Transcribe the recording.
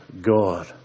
God